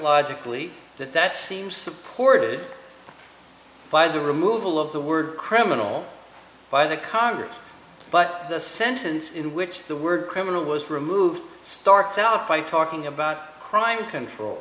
logically that that seems supported by the removal of the word criminal by the congress but the sentence in which the word criminal was removed starts out by talking about crime control